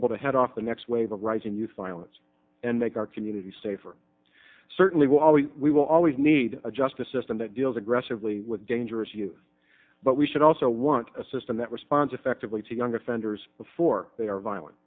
able to head off the next wave of rising youth violence and make our community safer certainly while we will always need a justice system that deals aggressively with dangerous you but we should also want a system that responds effectively to young offenders before they are violent